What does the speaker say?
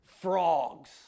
Frogs